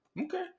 Okay